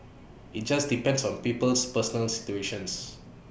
IT just depends on people's personal situations